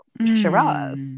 Shiraz